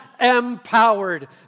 empowered